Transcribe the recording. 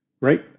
right